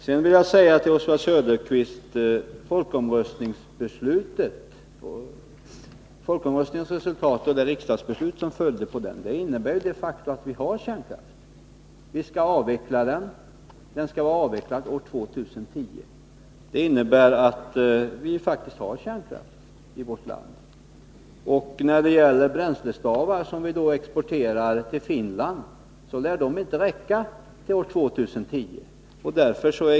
Sedan vill jag också säga till Oswald Söderqvist att folkomröstningens resultat och det riksdagsbeslut som följde på folkomröstningen innebar att vi faktiskt har kärnkraft i vårt land. Den skall avvecklas. Kärnkraften skall vara Nr 105 avvecklad år 2010. När det gäller bränslestavar, som vi exporterar till Finland, vill jag säga att de inte lär räcka till år 2010.